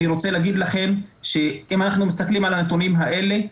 אני רוצה להגיד לכם שאם אנחנו מסתכלים על הנתונים האלה,